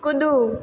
कुदू